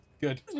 Good